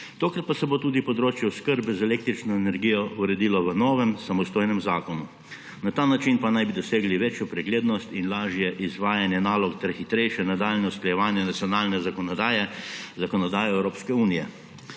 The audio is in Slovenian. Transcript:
tokrat pa se bo tudi področje oskrbe z električno energijo uredilo v novem samostojnem zakonu, na ta način pa naj bi dosegli večjo preglednost in lažje izvajanje nalog ter hitrejše nadaljnje usklajevanje nacionalne zakonodaje z zakonodajo Evropske unije.